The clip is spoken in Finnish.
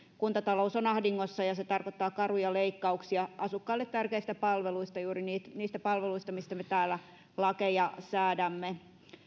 kuntatalous on ahdingossa ja se tarkoittaa karuja leikkauksia asukkaille tärkeistä palveluista juuri niistä palveluista mistä me täällä lakeja säädämme